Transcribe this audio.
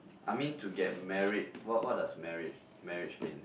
I mean to get married what what does marriage marriage mean